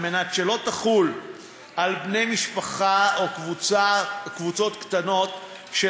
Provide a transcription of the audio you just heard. על מנת שלא תחול על בני משפחה או קבוצות קטנות של